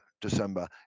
December